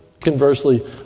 conversely